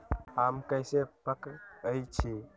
आम कईसे पकईछी?